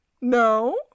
no